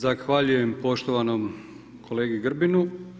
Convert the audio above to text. Zahvaljujem poštovanom kolegi Grbinu.